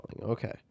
okay